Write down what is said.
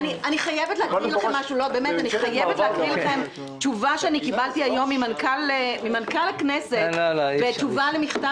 אני חייבת להקריא לכם תשובה שקיבלתי היום ממנכ"ל הכנסת בתשובה למכתב